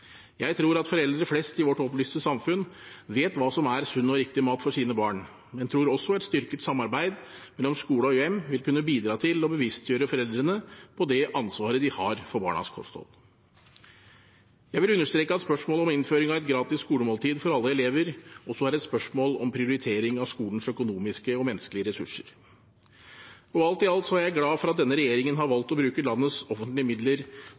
Jeg tror at foreldre flest i vårt opplyste samfunn vet hva som er sunn og riktig mat for sine barn, men jeg tror også et styrket samarbeid mellom skole og hjem vil kunne bidra til å bevisstgjøre foreldrene på det ansvaret de har for barnas kosthold. Jeg vil understreke at spørsmålet om innføring av et gratis skolemåltid for alle elever også er et spørsmål om prioritering av skolens økonomiske og menneskelige ressurser. Alt i alt er jeg glad for at denne regjeringen har valgt å bruke landets offentlige midler